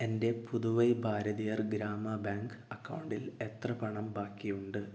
എൻ്റെ പുതുവൈ ഭാരതിയാർ ഗ്രാമ ബാങ്ക് അക്കൗണ്ടിൽ എത്ര പണം ബാക്കിയുണ്ട്